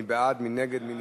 בעד, 12, אין מתנגדים ואין